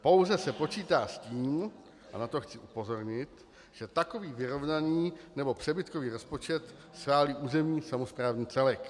Pouze se počítá s tím, a na to chci upozornit, že takový vyrovnaný nebo přebytkový rozpočet schválí územní samosprávný celek.